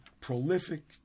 prolific